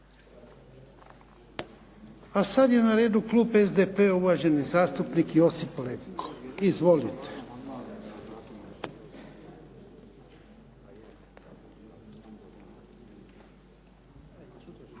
A sad je na redu klub SDP-a, uvaženi zastupnik Josip Leko. Izvolite.